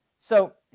so,